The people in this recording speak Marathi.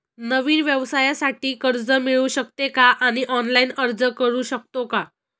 नवीन व्यवसायासाठी कर्ज मिळू शकते का आणि ऑनलाइन अर्ज करू शकतो का?